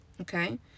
okay